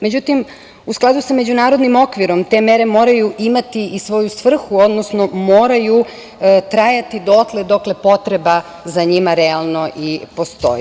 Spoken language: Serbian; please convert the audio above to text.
Međutim, u skladu sa međunarodnim okvirom te mere moraju imati i svoju svrhu, odnosno moraju trajati dotle dokle potreba za njima realno i postoji.